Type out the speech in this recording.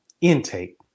intake